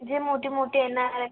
जे मोठी मोठी येणार आहे